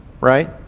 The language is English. right